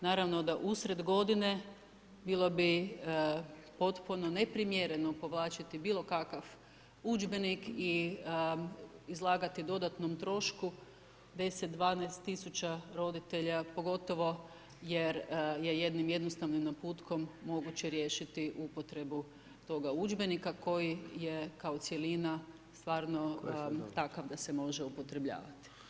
Naravno da usred godine bilo bi potpuno neprimjereno povlačiti bilo kakav udžbenik, izlagati dodatnom trošku 10, 12000 roditelja pogotovo jer je jednim jednostavnim naputkom moguće riješiti upotrebu tog udžbenika koji je kao cjelina stvarno takav da se može upotrebljavati.